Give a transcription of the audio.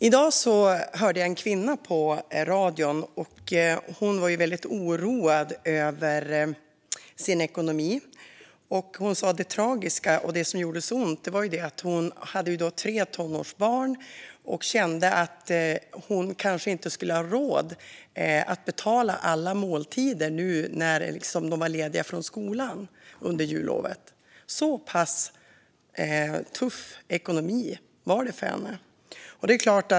I dag hörde jag en kvinna på radion som var väldigt oroad över sin ekonomi. Hon hade tre tonårsbarn, och hon sa att det tragiska och det som gjorde så ont var att hon kanske inte skulle ha råd att betala alla måltider nu när de ska vara lediga från skolan under jullovet. Så pass tuff ekonomi hade hon.